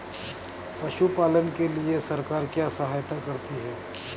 पशु पालन के लिए सरकार क्या सहायता करती है?